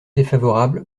défavorable